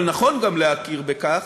אבל נכון גם להכיר בכך